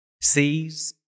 sees